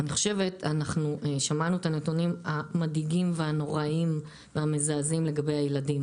שמענו את הנתונים המדאיגים והנוראיים והמזעזעים לגבי הילדים.